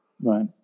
Right